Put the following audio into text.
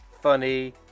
funny